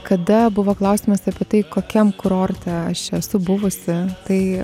kada buvo klausimas apie tai kokiam kurorte aš esu buvusi tai